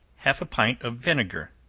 half a pint of vinegar,